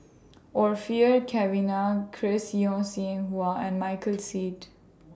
Orfeur Cavenagh Chris Yeo Siew Hua and Michael Seet